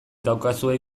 daukazue